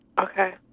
Okay